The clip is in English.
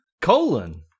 colon